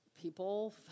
people